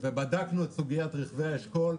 בדקנו את סוגיית רכבי האשכול.